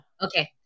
okay